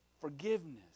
forgiveness